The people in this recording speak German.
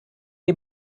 die